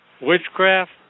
witchcraft